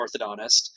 orthodontist